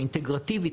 האינטגרטיבית,